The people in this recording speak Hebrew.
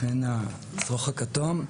לכן גם השרוך הכתוב.